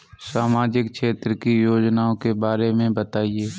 सामाजिक क्षेत्र की योजनाओं के बारे में बताएँ?